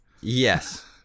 Yes